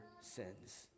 sins